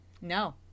No